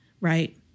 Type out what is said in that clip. right